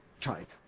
type